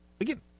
again